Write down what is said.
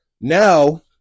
Now